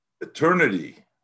eternity